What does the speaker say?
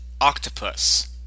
octopus